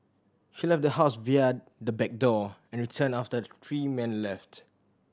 she left the house via the back door and returned after the three men left